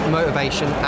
motivation